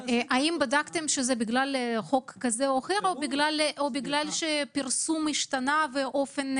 האם בדקתם שזה בגלל חוק כזה או אחר או בגלל שפרסום השתנה ואופן